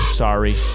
sorry